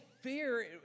fear